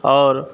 आओर